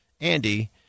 Andy